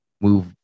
move